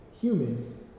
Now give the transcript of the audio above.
humans